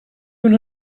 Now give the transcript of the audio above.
una